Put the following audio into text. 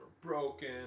broken